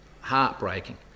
heartbreaking